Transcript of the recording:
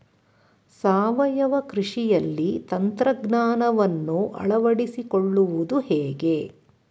ಸಾವಯವ ಕೃಷಿಯಲ್ಲಿ ತಂತ್ರಜ್ಞಾನವನ್ನು ಅಳವಡಿಸಿಕೊಳ್ಳುವುದು ಹೇಗೆ?